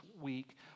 week